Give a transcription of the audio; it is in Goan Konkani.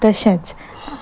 तशेंच